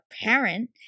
parent